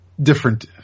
Different